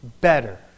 better